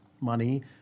money